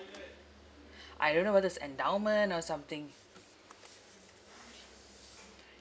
I don't know whether it's endowment or something